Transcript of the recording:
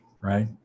right